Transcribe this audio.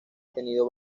tenido